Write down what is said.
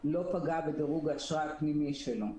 לא פגע בדירוג האשראי הפנימי שלו.